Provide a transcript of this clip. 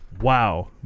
Wow